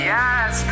Yes